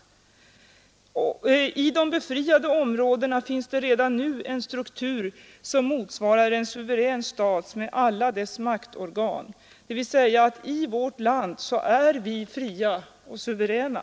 ——— Och i dessa befriade områden finns det redan en struktur som motsvarar en suverän stat med alla dess maktorgan. Det vill säga att i vårt land är vi fria och suveräna.”